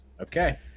Okay